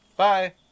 Bye